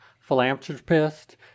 philanthropist